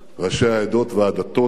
ראשי העדות והדתות,